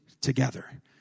together